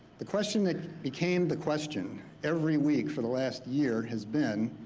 the question that became the question every week for the last year has been,